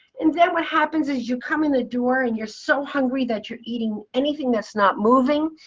and then what happens is you come in the door and you're so hungry that you're eating anything that's not moving.